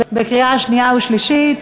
קריאה שנייה וקריאה שלישית.